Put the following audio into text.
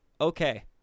okay